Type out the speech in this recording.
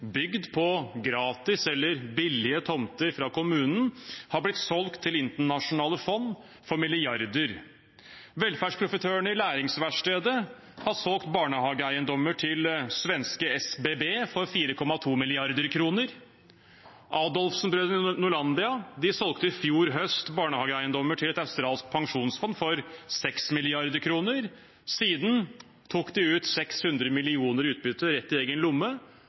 bygd på gratis eller billige tomter fra kommunen, har blitt solgt til internasjonale fond for milliarder. Velferdsprofitørene i Læringsverkstedet har solgt barnehageeiendommer til svenske SBB for 4,2 mrd. kr. Adolfsen-brødrene, Norlandia, solgte i fjor høst barnehageeiendommer til et australsk pensjonsfond til 6 mrd. kr. Siden tok de ut 600 mill. kr i utbytte, rett i egen lomme